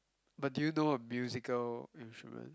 but do you know a musical instrument